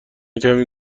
کمی